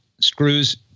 screws